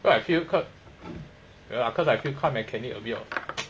cause I feel quite~ 没有啦 cause I feel quite mechanic 有没有